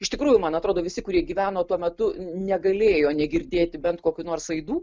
iš tikrųjų man atrodo visi kurie gyveno tuo metu negalėjo negirdėti bent kokių nors aidų